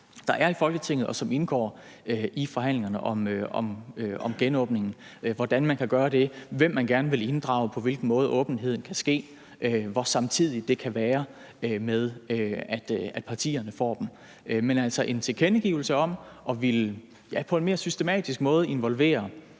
der er i Folketinget, og som indgår i forhandlingerne om genåbningen – altså hvordan man kan gøre det, hvem man gerne vil inddrage, på hvilken måde åbenheden kan ske, i hvor høj grad det kan ske, samtidig med at partierne får rådgivningen. Men altså, det er en tilkendegivelse om på en mere systematisk måde at ville